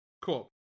cool